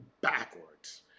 backwards